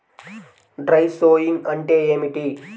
Dry sowing అంటే ఏమిటి?